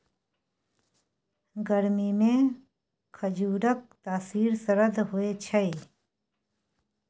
गरमीमे खजुरक तासीर सरद होए छै